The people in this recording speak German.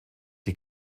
die